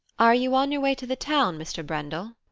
are you on your way to the town, mr. brendel?